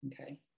okay